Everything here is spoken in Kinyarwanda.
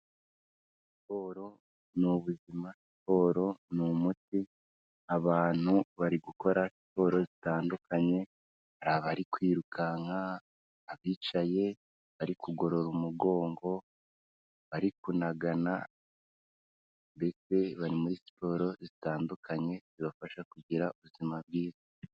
Siporo ni ubuzima, siporo ni umuti, abantu bari gukora siporo zitandukanye, hari bari kwirukanka abicaye bari kugorora umugongo, bari kunagana, ndetse bari muri siporo zitandukanye zibafasha kugira ubuzima bwiza.